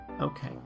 okay